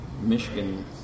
Michigan